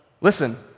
Listen